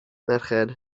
merched